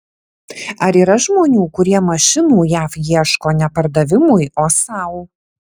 ar yra žmonių kurie mašinų jav ieško ne pardavimui o sau